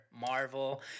marvel